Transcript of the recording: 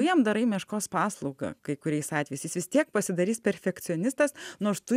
jam darai meškos paslaugą kai kuriais atvejais jis vis tiek pasidarys perfekcionistas nors tu